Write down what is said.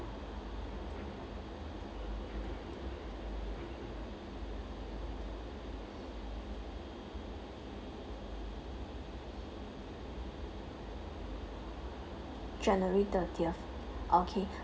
january thirtieth okay